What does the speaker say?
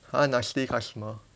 !huh! nasty customer